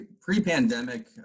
pre-pandemic